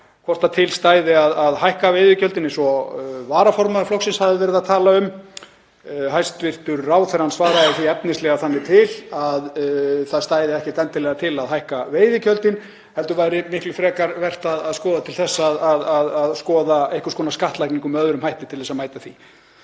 hvort til stæði að hækka veiðigjöldin eins og varaformaður flokksins hafði talað um. Hæstv. ráðherra svaraði því efnislega þannig til að það stæði ekki endilega til að hækka veiðigjöldin heldur væri miklu frekar vert að líta til þess að skoða einhvers konar skattlagningu með öðrum hætti til þess að mæta því.